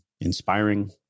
inspiring